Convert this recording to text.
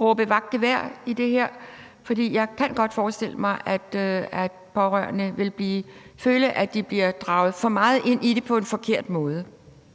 råbe vagt i gevær i forhold til det her, for jeg kan godt forestille mig, at pårørende vil føle, at de bliver draget for meget ind i det på en forkert måde.